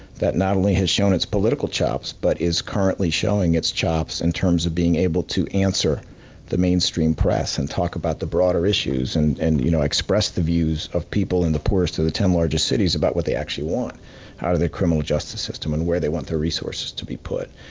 that not only has shown its political chops, but is currently showing its chops in terms of being able to answer the mainstream press, and talk about the broader issues, and and you know express the views of people in the poorest of the ten largest cities, about what they actually want out of the criminal justice system, and where they want their resources to be put.